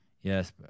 Yes